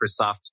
Microsoft